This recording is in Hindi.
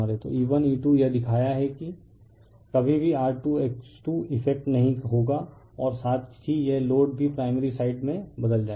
तो E1E2 यह दिखाया है कभी भी R2X2 इफेक्ट नहीं होगा और साथ ही यह लोड भी प्राइमरी साइड में बदल जाएगा